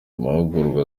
mahugurwa